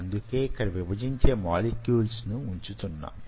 అందుకే యిక్కడ విభజించే మోలిక్యూల్స్ ను వుంచుతున్నాం